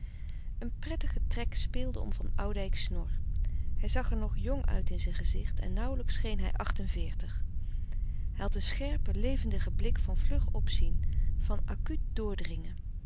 een prettige trek speelde om van oudijcks snor hij zag er nog jong uit in zijn gezicht en nauwlijks scheen hij acht-en-veertig hij had een scherpen levendigen blik van vlug opzien van acuut doordringen